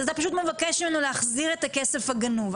אז אתה פשוט מבקש ממנו להחזיר את הכסף הגנוב.